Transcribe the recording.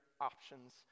options